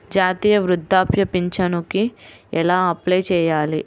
జాతీయ వృద్ధాప్య పింఛనుకి ఎలా అప్లై చేయాలి?